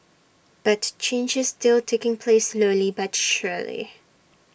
but change is still taking place slowly but surely